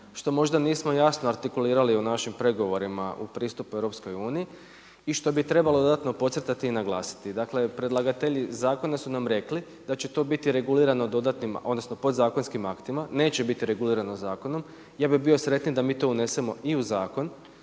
što možda nismo jasno artikulirali u našim pregovorima u pristup EU-u, i što bi trebalo dodatno podcrtati i naglasiti. Dakle, predlagatelji zakona su nam rekli da će to biti regulirano dodatnim odnosno podzakonskim aktima, neće biti regulirano zakonom, ja bi bio sretniji da mi to unesemo i u zakon,